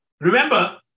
Remember